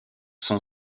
sont